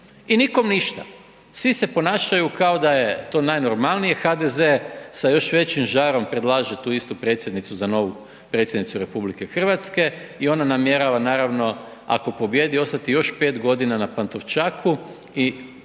I nikom ništa. Svi se ponašaju kao da je to najnormalnije, HDZ sa još većim žarom predlaže tu istu predsjednicu za novu predsjednicu RH i ona namjerava naravno, ako pobjedi, ostati još 5 godina na Pantovčaku i